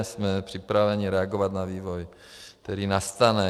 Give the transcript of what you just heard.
Jsme připraveni reagovat na vývoj, který nastane.